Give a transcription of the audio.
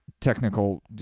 technical